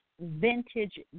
vintage